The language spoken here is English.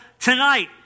tonight